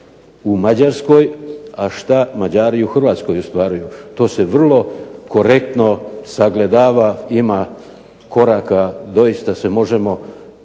u Mađarskoj, a šta Mađari u Hrvatskoj ostvaruju. To se vrlo korektno sagledava, ima koraka, doista se možemo